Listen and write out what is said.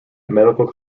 medical